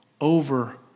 over